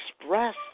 express